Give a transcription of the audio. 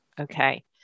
Okay